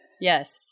Yes